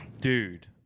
dude